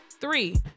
Three